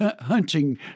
hunting